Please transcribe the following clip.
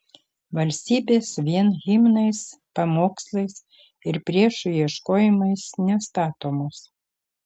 valstybės vien himnais pamokslais ir priešų ieškojimais nestatomos